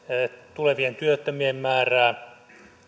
tulevien työttömien määrää